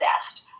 best